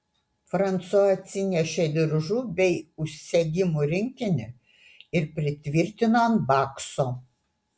fransua atsinešė diržų bei užsegimų rinkinį ir pritvirtino ant bakso